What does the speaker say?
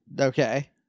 Okay